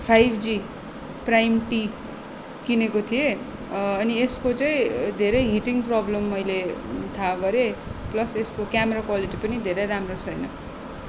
five G prime T किनेको थिएँ अनि यसको चाहिँ धेरै हिटिङ प्रबलम मैले थाहा गरेँ प्लस यसको क्यामेरा क्वालिटी पनि धेरै राम्रो छैन